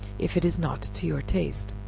if it is not to your taste.